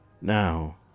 now